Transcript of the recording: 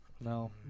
No